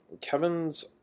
Kevin's